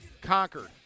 conquered